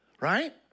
Right